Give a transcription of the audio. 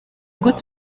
gute